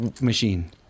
machine